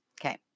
Okay